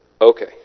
okay